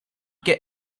get